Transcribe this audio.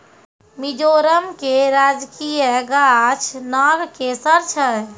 मिजोरम के राजकीय गाछ नागकेशर छै